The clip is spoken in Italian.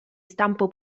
stampo